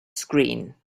screen